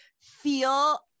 feel